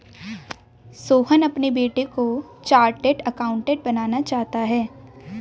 सोहन अपने बेटे को चार्टेट अकाउंटेंट बनाना चाहता है